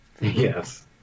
Yes